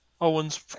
Owens